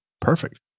Perfect